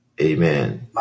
amen